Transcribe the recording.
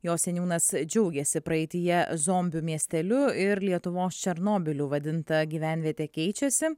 jo seniūnas džiaugėsi praeityje zombių miesteliu ir lietuvos černobyliu vadinta gyvenvietė keičiasi